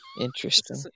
interesting